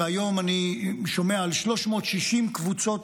היום אני שומע על 360 קבוצות,